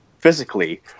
physically